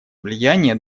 влияние